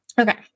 Okay